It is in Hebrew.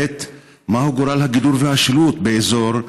2. מהו גורל הגידור והשילוט באזור,